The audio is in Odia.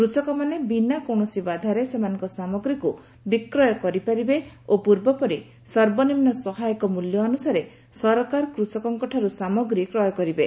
କୃଷକମାନେ ବିନା କୌଣସି ବାଧାରେ ସେମାନଙ୍ଙ ସାମଗ୍ରୀକୁ ବିକ୍ରୟ କରିପାରିବେ ଓ ପୂର୍ବପରି ସର୍ବନିମୁ ସହାୟକ ମ୍ଲ୍ ଅନୁସାରେ ସରକାର କୃଷକଙ୍ଠାରୁ ସାମଗ୍ରୀ କ୍ରୟ କରିବେ